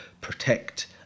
protect